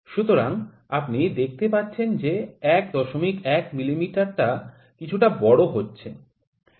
সুতরাং আপনি দেখতে পাচ্ছেন যে ১১ মিমি টা কিছুটা বড় হচ্ছে